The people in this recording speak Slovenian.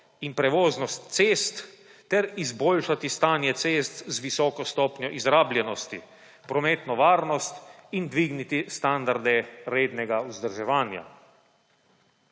in prevoznost cest ter izboljšati stanje cest z visoko stopnjo izrabljenosti, prometno varnost in dvigniti standarde rednega vzdrževanja.